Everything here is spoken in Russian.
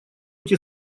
эти